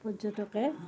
পৰ্যটকে